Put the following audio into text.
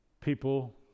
people